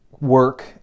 work